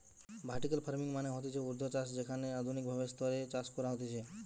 vertical farming মানে হতিছে ঊর্ধ্বাধ চাষ যেখানে আধুনিক ভাবে স্তরে চাষ করা হতিছে